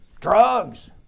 Drugs